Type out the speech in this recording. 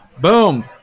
Boom